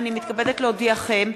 הנני מתכבדת להודיעכם,